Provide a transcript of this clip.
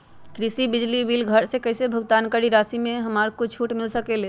कृषि बिजली के बिल घर से कईसे भुगतान करी की राशि मे हमरा कुछ छूट मिल सकेले?